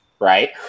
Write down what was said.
Right